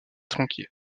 tronqué